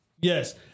Yes